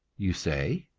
you say.